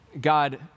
God